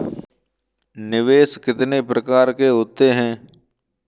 निवेश कितने प्रकार के होते हैं?